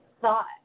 thought